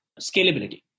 scalability